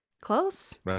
Close